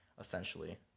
essentially